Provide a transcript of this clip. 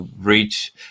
reach